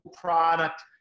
product